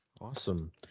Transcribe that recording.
Awesome